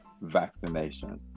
vaccination